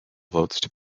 votes